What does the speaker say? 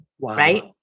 Right